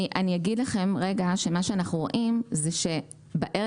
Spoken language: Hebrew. אני אגיד לכם שמה שאנחנו רואים זה שבערך